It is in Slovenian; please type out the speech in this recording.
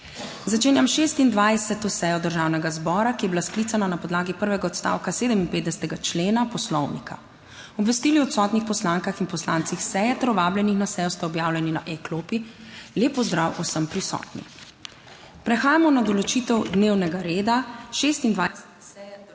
Začenjam 26. sejo Državnega zbora, ki je bila sklicana na podlagi prvega odstavka 57. člena poslovnika. Obvestili o odsotnih poslankah in poslancih s seje ter vabljenih na sejo sta objavljeni na e-klopi. Lep pozdrav vsem prisotnim! Prehajamo na določitev dnevnega reda 26.